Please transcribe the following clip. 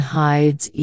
hides